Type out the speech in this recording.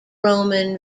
roman